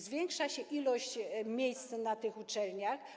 Zwiększa się ilość miejsc na tych uczelniach.